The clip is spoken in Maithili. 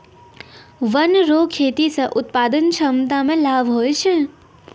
वन रो खेती से उत्पादन क्षमता मे लाभ हुवै छै